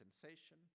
sensation